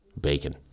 bacon